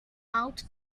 out